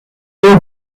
two